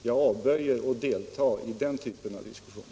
Jag avböjer att delta i den typen av diskussion.